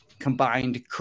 combined